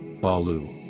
Balu